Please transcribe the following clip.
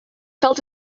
felt